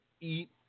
eat